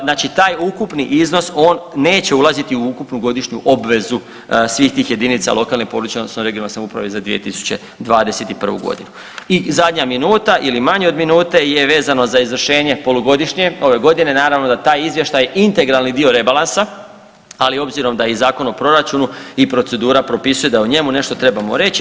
Znači taj ukupni iznos on neće ulaziti u ukupnu godišnju obvezu svih tih jedinica lokalne, područne odnosno regionalne samouprave za 2021.g. I zadnja minuta ili manje od minute je vezeno za izvršenje polugodišnje, ove godine naravno da taj izvještaj integralni dio rebalansa, ali obzirom da je i Zakon o proračunu i procedura propisuje da o njemu nešto trebamo reći.